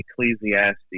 Ecclesiastes